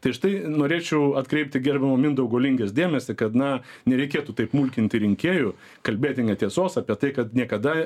tai štai norėčiau atkreipti gerbiamo mindaugo lingės dėmesį kad na nereikėtų taip mulkinti rinkėjų kalbėti netiesos apie tai kad niekada